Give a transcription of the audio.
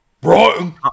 Brighton